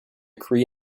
cree